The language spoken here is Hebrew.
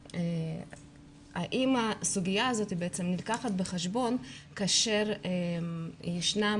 הסוגיה הזאת נלקחת בחשבון כאשר ישנם